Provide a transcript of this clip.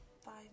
five